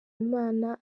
imana